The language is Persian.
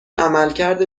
عملکرد